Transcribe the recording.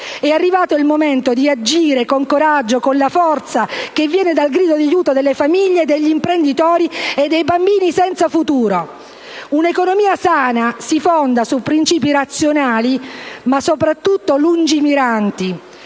È arrivato il momento di agire, con coraggio, con la forza che viene dal grido di aiuto delle famiglie, degli imprenditori e dei bambini senza futuro. Un'economia sana si fonda su principi razionali, ma soprattutto lungimiranti.